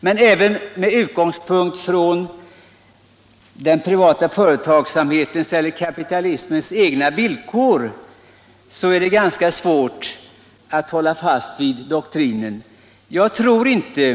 Men också med utgångspunkt i den privata företagsamhetens eller kapitalismens egna villkor är det svårt att hålla fast vid vinstdoktrinen och samtidigt kräva icke-inblandning.